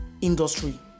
industry